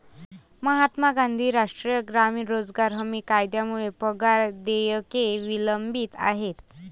महात्मा गांधी राष्ट्रीय ग्रामीण रोजगार हमी कायद्यामुळे पगार देयके विलंबित आहेत